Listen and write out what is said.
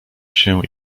się